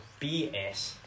BS